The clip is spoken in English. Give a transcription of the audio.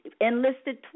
enlisted